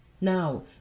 Now